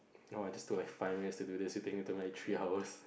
you know I just took like five years to do this you think it took me like three hours